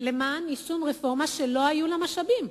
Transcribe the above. למען יישום רפורמה שלא היו לה משאבים.